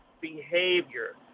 behavior